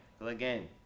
Again